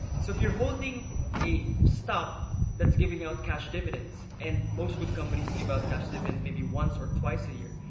so, if you're holding a stock that's giving out cash dividends and most good companies give out cash dividends, maybe once or twice a year.